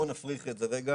בואו נפריך את זה רגע.